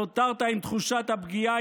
נותרת עם תחושת הפגיעה,